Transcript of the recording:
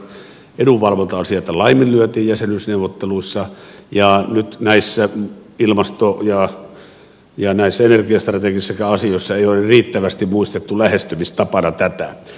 muun muassa liikennepolitiikkaan liittyvät edunvalvonta asiat laiminlyötiin jäsenyysneuvotteluissa ja nyt näissä ilmasto ja energiastrategisissakaan asioissa ei ole riittävästi muistettu lähestymistapana tätä